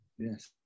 Yes